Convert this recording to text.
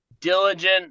Diligent